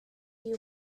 you